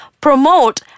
promote